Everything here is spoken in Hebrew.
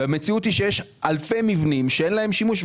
המציאות היא שיש אלפי מבנים שאין להם שימוש,